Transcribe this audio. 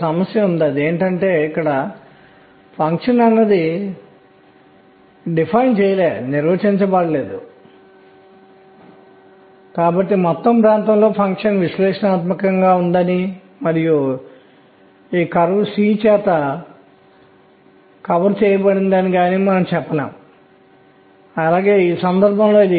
రేఖల వ్యాప్తిని వివరించడానికి ప్రయోగాత్మకంగా ఏమి కనుగొనబడింది మరియు ఈ సందర్భంలో s2